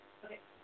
Okay